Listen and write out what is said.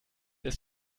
ist